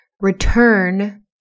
return